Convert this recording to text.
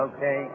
Okay